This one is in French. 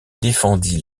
défendit